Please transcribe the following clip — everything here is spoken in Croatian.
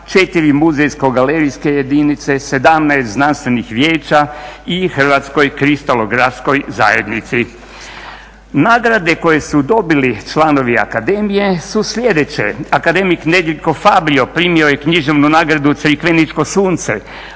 4 muzejsko-galerijske jedinice, 17 znanstvenih vijeća i Hrvatskoj kristalografskoj zajednici. Nagrade koje su dobili članovi Akademije su sljedeće. Akademik Nedjeljko Fabrio primio je književnu nagradu Crikveničko sunce.